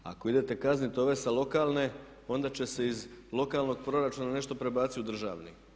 Ako idete kaznit ove sa lokalne onda će se iz lokalnog proračuna nešto prebaciti u državni.